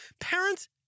Parents